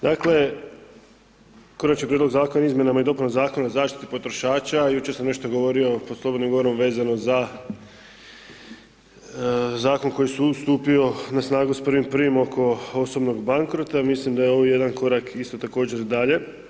Dakle, Konačni prijedlog zakona o izmjenama i dopunama Zakona o zaštiti potrošača, jučer smo nešto govorio pod slobodnim govorom vezano za zakon koji je stupio na snagu s 1.1. oko osobnog bankrota, mislim da je ovo jedan korak isto također dalje.